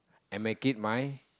and make it my